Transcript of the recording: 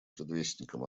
предвестником